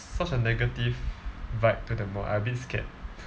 such a negative vibe to the mod I a bit scared